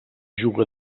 juga